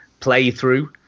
playthrough